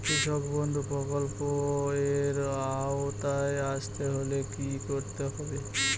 কৃষকবন্ধু প্রকল্প এর আওতায় আসতে হলে কি করতে হবে?